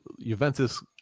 Juventus